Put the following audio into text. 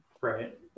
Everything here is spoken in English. right